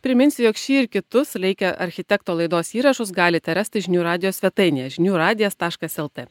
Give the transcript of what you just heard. priminsiu jog šį ir kitus reikia architekto laidos įrašus galite rasti žinių radijo svetainėje žinių radijas taškas lt